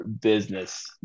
business